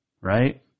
right